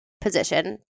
position